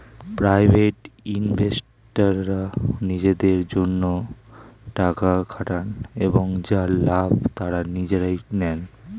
private ইনভেস্টররা নিজেদের জন্যে টাকা খাটান এবং যার লাভ তারা নিজেরাই নেন